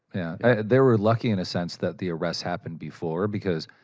and they were lucky, in a sense, that the arrest happened before, because.